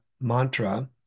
mantra